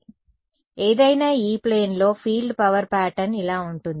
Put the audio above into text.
కాబట్టి ఏదైనా E ప్లేన్లో ఫీల్డ్ పవర్ ప్యాటర్న్ ఇలా ఉంటుంది